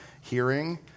hearing